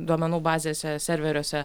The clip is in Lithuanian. duomenų bazėse serveriuose